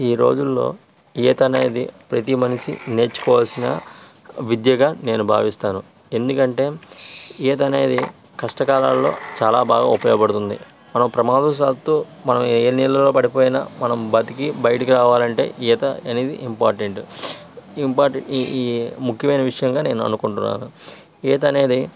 ఈ రోజుల్లో ఈతనేది ప్రతీ మనిషీ నేర్చుకోవాల్సిన విద్యగా నేను భావిస్తాను ఎందుకంటే ఈతనేది కష్టకాలాల్లో చాలా బాగా ఉపయోగ పడుతుంది మన ప్రమాధవు సాత్తు మనం ఏ నీళ్ళలో పడిపోయినా మనం బతికి బైటకి రావాలంటే ఈత అనేది ఇంపార్టెంట్ ఇంపార్ట్ ఈ ముఖ్యమైన విషయంగా నేననుకుంటున్నాను ఈతనేది